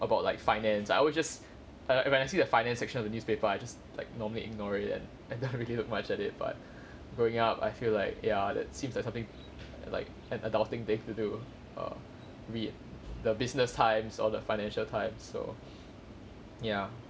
about like finance I always just like when I see the finance section of the newspaper I just like normally ignored it and and I don't really look much at it but growing up I feel like ya that seems like something like an adulting thing to do err read the business times all the financial times so ya